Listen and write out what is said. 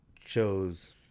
chose